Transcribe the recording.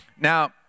Now